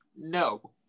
No